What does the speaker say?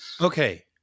Okay